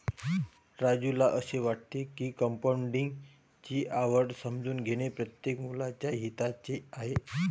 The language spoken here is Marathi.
राजूला असे वाटते की कंपाऊंडिंग ची आवड समजून घेणे प्रत्येक मुलाच्या हिताचे आहे